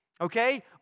Okay